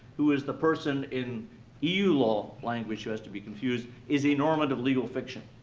who is the person in eu law language who has to be confused, is a normative legal fiction.